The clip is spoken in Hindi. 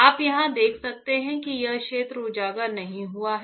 आप यहां देख सकते हैं कि यह क्षेत्र उजागर नहीं हुआ है